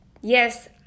Yes